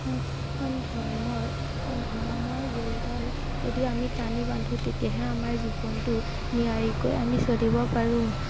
ধৰ্মৰ ধৰ্মৰ জৰীডাল যদি আমি টানি বান্ধো তেতিয়াহে আমাৰ জীৱনটো নিয়াৰিকৈ আমি চলিব পাৰোঁ